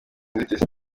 nzitizi